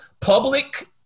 public